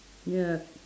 ya